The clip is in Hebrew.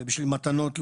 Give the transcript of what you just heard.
בשביל מתנות לנכדים.